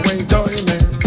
enjoyment